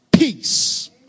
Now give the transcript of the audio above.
peace